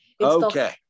Okay